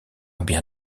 bien